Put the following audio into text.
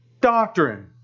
doctrine